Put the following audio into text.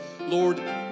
Lord